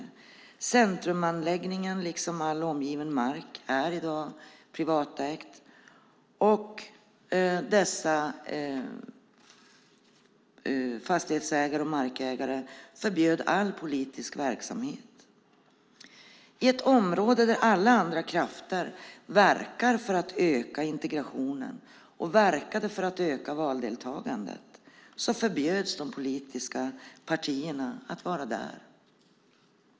Centrumanläggningen liksom all omgivande mark är i dag privatägd. Fastighetsägarna och markägarna förbjöd all politisk verksamhet. I ett område där alla andra krafter verkar för att öka integrationen och valdeltagandet förbjöds de politiska partierna att verka.